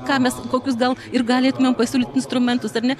ką mes kokius gal ir galitumėm pasiūlyt instrumentus ar ne